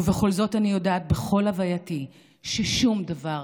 ובכל זאת אני יודעת בכל הווייתי ששום דבר